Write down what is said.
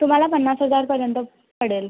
तुम्हाला पन्नास हजारपर्यंत पडेल